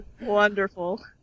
Wonderful